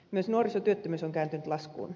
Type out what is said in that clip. myös nuorisotyöttömyys on kääntynyt laskuun